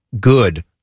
good